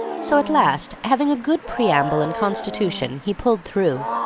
so, at last, having a good preamble and constitution, he pulled through.